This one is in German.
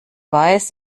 weiß